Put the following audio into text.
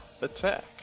attack